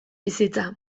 bizitza